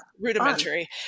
Rudimentary